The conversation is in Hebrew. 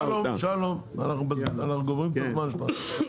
שלום, שלום, אנחנו גומרים את הזמן שלך.